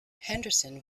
henderson